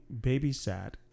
babysat